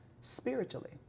spiritually